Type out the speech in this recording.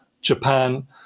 Japan